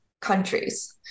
countries